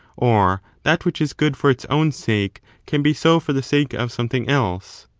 or that which is good for its own sake can be so for the sake of something else.